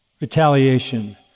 retaliation